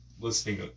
listening